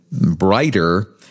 brighter